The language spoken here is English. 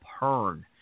Pern